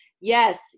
yes